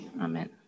amen